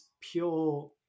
pure